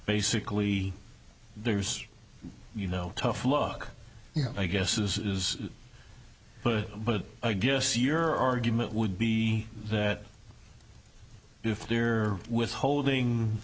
basically there's you know tough luck i guess is is but but i guess your argument would be that if they're withholding